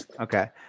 okay